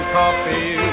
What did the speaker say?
coffee